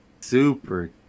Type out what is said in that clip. super